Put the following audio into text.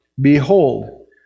Behold